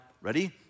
ready